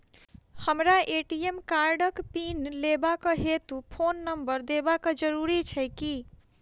हमरा ए.टी.एम कार्डक पिन लेबाक हेतु फोन नम्बर देबाक जरूरी छै की?